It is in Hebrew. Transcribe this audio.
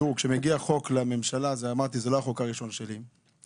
זה לא החוק הראשון שלי.